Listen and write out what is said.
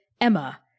emma